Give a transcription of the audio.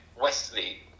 Wesley